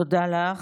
תודה לך.